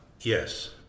Yes